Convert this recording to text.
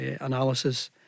analysis